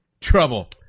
trouble